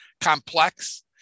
complex